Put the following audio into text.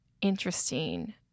interesting